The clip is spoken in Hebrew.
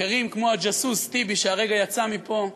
אחרים, כמו הג'אסוס טיבי, שהרגע יצא מפה,